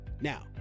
Now